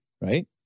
Right